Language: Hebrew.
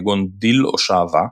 כגון בדיל או שעווה,